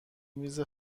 میز